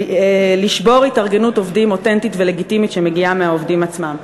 לשבור התארגנות עובדים אותנטית ולגיטימית שמגיעה מהעובדים עצמם.